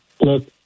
Look